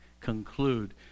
conclude